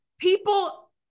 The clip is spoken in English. people